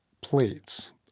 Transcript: plates